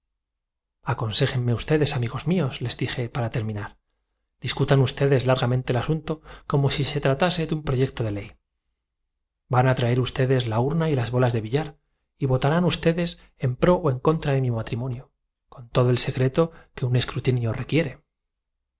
tai cutan ustedes largamente el asunto como si se tratase de un proyecto llefer justamente quizá porque la honra y la delicadeza me vedaban de ley van a traer a ustedes la urna y las bolas de biuar y votarán biblioteca nacional de españa biblioteca nacional de españa ustedes en pro o en contra de mi matrimonio con todo el secreto que secretario y sacerdote no se entendían un escrutinio requiere